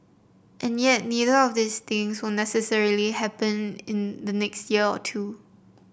and yet neither of these things will necessarily happen in the next year or two